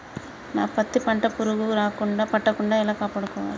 నా పత్తి పంట పురుగు పట్టకుండా ఎలా కాపాడుకోవాలి?